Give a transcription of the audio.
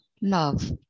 love